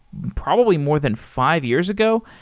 probably more than five years ago.